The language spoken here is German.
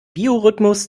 biorhythmus